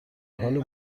حال